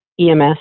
EMS